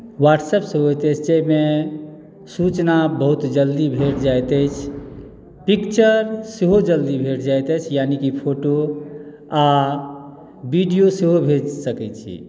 व्हाट्सऐपसँ होइत अछि जाहिमे सूचना बहुत जल्दी भेट जाइत अछि पिक्चर सेहो जल्दी भेट जाइत अछि यानी कि फोटो आ वीडियो सेहो भेज सकैत छी